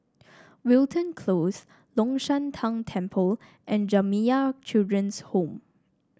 Wilton Close Long Shan Tang Temple and Jamiyah Children's Home